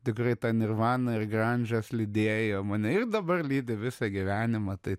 tikrai ta nirvana ir granžas lydėjo mane ir dabar lydi visą gyvenimą tai